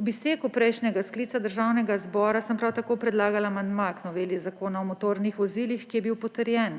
Ob izteku prejšnjega sklica Državnega zbora sem prav tako predlagala amandma k noveli Zakona o motornih vozilih, ki je bil potrjen.